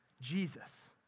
Jesus